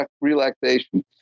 relaxation